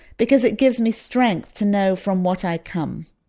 because it gives me strength to know from what i come